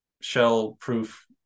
shell-proof